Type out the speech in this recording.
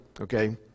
Okay